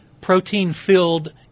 protein-filled